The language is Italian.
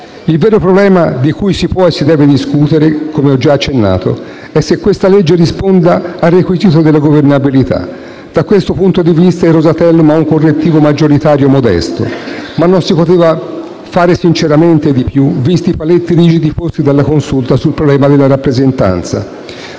Il vero problema di cui si può e si deve discutere, come ho già accennato, è se questa legge risponda al requisito della governabilità. Da questo punto di vista, il Rosatellum ha un correttivo maggioritario modesto, ma sinceramente non si poteva fare di più, visti i paletti rigidi posti dalla Consulta sul problema della rappresentanza.